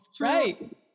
Right